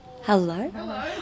Hello